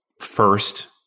first